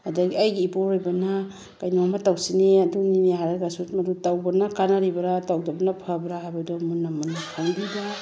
ꯑꯗꯒꯤ ꯑꯩꯒꯤ ꯏꯄꯨꯔꯣꯏꯕꯅ ꯀꯩꯅꯣ ꯑꯃ ꯇꯧꯁꯤꯅꯦ ꯑꯗꯨꯅꯤꯅꯦ ꯍꯥꯏꯔꯒꯁꯨ ꯃꯗꯨ ꯇꯧꯕꯅ ꯀꯥꯟꯅꯔꯤꯕ꯭ꯔꯥ ꯇꯧꯗꯕꯅ ꯐꯕ꯭ꯔꯥ ꯍꯥꯏꯕꯗꯨ ꯃꯨꯟꯅ ꯃꯨꯟꯅ ꯈꯪꯕꯤꯕ